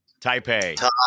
Taipei